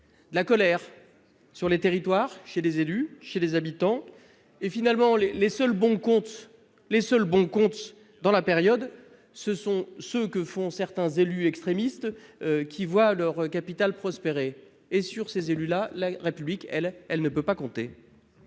de la colère dans les territoires, chez les élus, chez les habitants. Finalement, les seuls bons comptes dans la période, ce sont ceux que font certains élus extrémistes, qui voient leur capital prospérer. Or, sur ces élus, la République ne peut pas compter